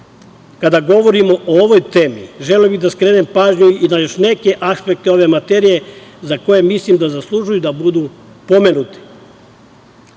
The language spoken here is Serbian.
govorim o ovoj temi, želeo bih da skrenem pažnju na još neki aspekt ove materije za koje mislim da zaslužuju da budu pomenuti.